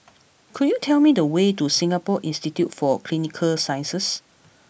could you tell me the way to Singapore Institute for Clinical Sciences